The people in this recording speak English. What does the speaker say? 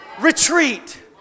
retreat